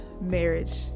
marriage